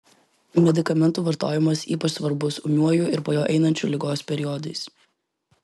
medikamentų vartojimas ypač svarbus ūmiuoju ir po jo einančiu ligos periodais